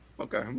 Okay